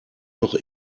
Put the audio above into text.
noch